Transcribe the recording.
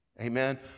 Amen